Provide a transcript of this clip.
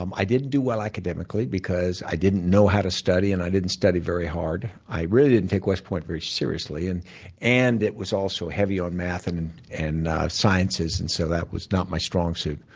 um i didn't do well, academically because i didn't know how to study and i didn't study very hard. i really didn't take west point very seriously. and and it was also heavy on math and and sciences and so that was not my strong suit.